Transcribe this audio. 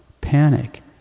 panic